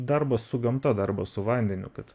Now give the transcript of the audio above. darbas su gamta darbas su vandeniu kad